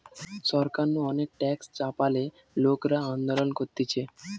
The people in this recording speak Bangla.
সরকার নু অনেক ট্যাক্স চাপালে লোকরা আন্দোলন করতিছে